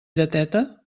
lleteta